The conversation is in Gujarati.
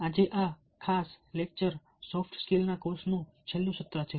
આજે આ ખાસ સોફ્ટ સ્કિલના કોર્સનું છેલ્લું સત્ર છે